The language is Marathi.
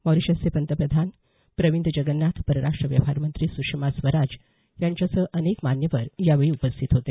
मॉरिशसचे पंतप्रधान प्रविंद जगन्नाथ परराष्ट्र व्यवहार मंत्री सुषमा स्वराज यांच्यासह अनेक मान्यवर यावेळी उपस्थित होते